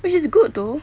which is good though